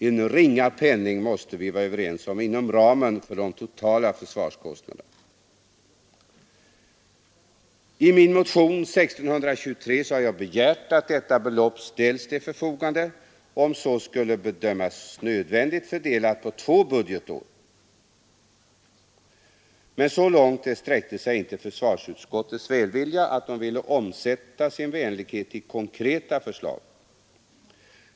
En ringa penning — det måste vi vara överens om — inom ramen för de totala försvarskostnaderna. I min motion 1623 har jag begärt att detta belopp ställes till förfogande, om så skulle bedömas nödvändigt fördelat på två budgetår. Men så långt sträckte sig inte försvarsutskottets välvilja, att man ville omsätta sin vänlighet i konkreta förslag.